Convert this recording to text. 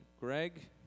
Greg